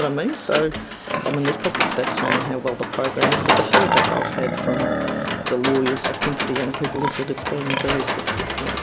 mean? so um and there's probably stats on how well the program is, but the feedback i've had from the lawyers acting for the young people, is that it's been very successful.